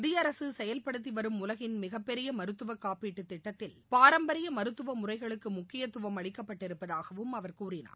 மத்திய அரசு செயல்படுத்தி வரும் உலகின் மிகப்பெரிய மருத்துவக் காப்பீட்டுத் திட்டத்தில் பாரம்பரிய மருத்துவ முறைகளுக்கு முக்கியத்துவம் அளிக்கப்பட்டிருப்பதாகவும் அவர் கூறினார்